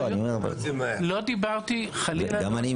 גם אני,